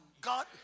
God